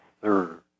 third